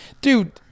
dude